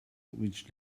which